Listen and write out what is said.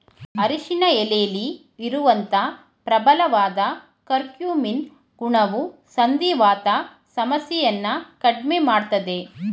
ಅರಿಶಿನ ಎಲೆಲಿ ಇರುವಂತ ಪ್ರಬಲವಾದ ಕರ್ಕ್ಯೂಮಿನ್ ಗುಣವು ಸಂಧಿವಾತ ಸಮಸ್ಯೆಯನ್ನ ಕಡ್ಮೆ ಮಾಡ್ತದೆ